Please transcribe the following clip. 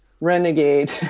renegade